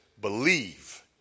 believe